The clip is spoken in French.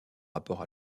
rapport